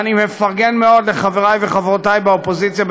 ואני מפרגן מאוד לחברי וחברותי באופוזיציה,